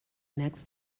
next